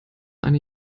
eine